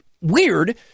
weird